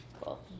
Cool